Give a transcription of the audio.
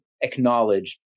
acknowledged